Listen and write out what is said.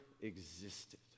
existed